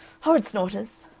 horrid snorters!